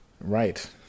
Right